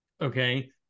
okay